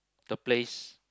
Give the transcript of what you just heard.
the place